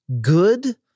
good